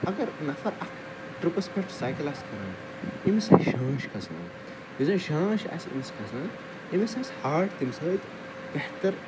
اگر نفر اَکھ ٹٕرٛپَس پٮ۪ٹھ سایکل آسہِ کران أمس آسہِ شانٛش کھَسان یۄس زَن شانٛش آسہِ أمس کھَسان أمس آسہِ ہارٹ تَمہِ سۭتۍ بہتر